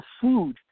food